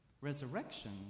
Resurrection